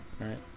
right